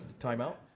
timeout